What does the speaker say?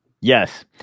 Yes